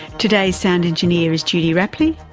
today's sound engineer is judy rapley.